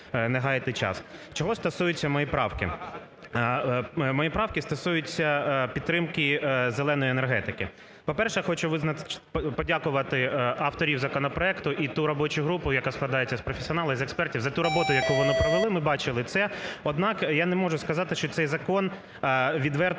Чого стосуються мої правки. Мої правки стосуються підтримки "зеленої" енергетики. По-перше, хочу подякувати авторів законопроекту і ту робочу групу, яка складається з професіоналів і з експертів, за ту роботу, яку вони провели, ми бачили це. Однак, я не можу сказати, що цей закон відверто